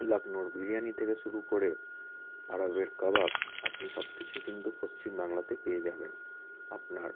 লাক্ষ্ণৌর বিরিয়ানি থেকে শুরু করে আরবের কাবাব আপনি সব কিছুই কিন্তু পশ্চিম বাংলাতে পেয়ে যাবেন আপনার